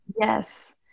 yes